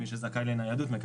מי שזכאי לניידות,